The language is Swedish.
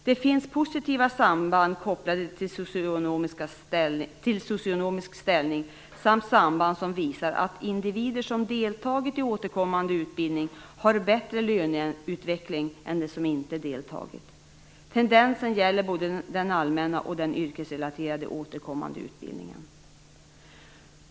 Det finns positiva samband kopplade till socioekonomisk ställning samt samband som visar att individer som deltagit i återkommande utbildning har bättre löneutveckling än dem som inte deltagit. Tendenserna gäller både den allmänna och den yrkesrelaterade återkommande utbildningen.